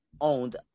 owned